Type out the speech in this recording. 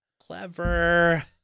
clever